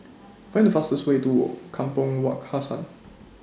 Find The fastest Way to Kampong Wak Hassan